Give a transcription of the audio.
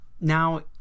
Now